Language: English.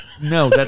No